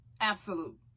absolute